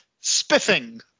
spiffing